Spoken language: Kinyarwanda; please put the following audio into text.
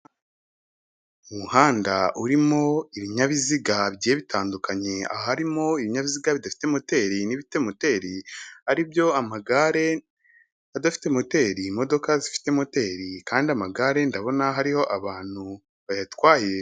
Umuhanda urimo ibinyabiziga bigiye bitandukanye, harimo ibinyabiziga bidafite moteri n'ibifite moteri. Aribyo amagare adafite moteri, imodoka zifite moteri kandi amagare ndabona hariho abantu bayatwaye.